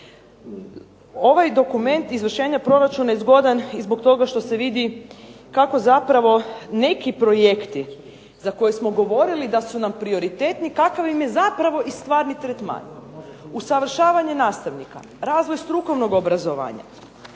Ovaj dokument izvršenja proračuna je zgodan i zbog toga što se vidi kako zapravo neki projekti za koje smo govorili da su nam prioritetni kakav im je zapravo i stvarni tretman. Usavršavanje nastavnika, razvoj strukovnog obrazovanja,